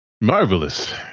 Marvelous